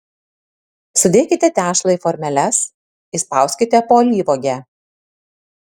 sudėkite tešlą į formeles įspauskite po alyvuogę